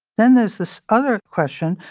then there's this other question,